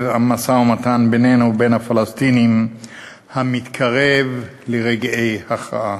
המשא-ומתן בינינו ובין הפלסטינים המתקרב לרגעי הכרעה.